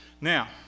Now